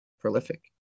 prolific